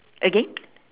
again